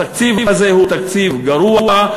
התקציב הזה הוא תקציב גרוע,